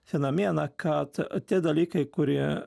fenomeną kad tie dalykai kurie